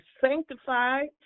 sanctified